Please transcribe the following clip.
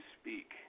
speak